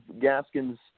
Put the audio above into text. Gaskins